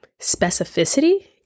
specificity